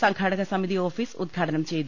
സംഘാക സമിതി ഓഫീസ് ഉദ്ഘാട നം ചെയ്തു